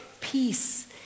Peace